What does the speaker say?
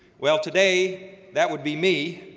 well today that would be me,